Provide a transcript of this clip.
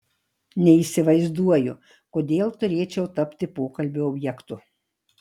neįsivaizduoju kodėl turėčiau tapti pokalbio objektu